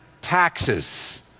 taxes